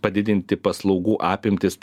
padidinti paslaugų apimtis